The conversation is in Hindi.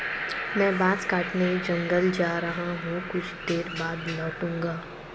मैं बांस काटने जंगल जा रहा हूं, कुछ देर बाद लौटूंगा